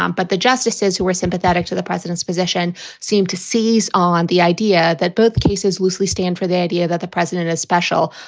um but the justices who are sympathetic to the president's position seem to seize on the idea that both cases loosley stand for the idea that the president is special.